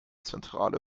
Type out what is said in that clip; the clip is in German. zentrale